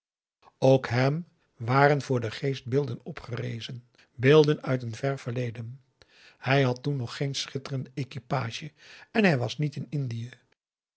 ook hem waren voor den geest beelden opgerezen beelden uit een vèr verleden hij had toen nog geen schitterende equipage en hij was niet in indië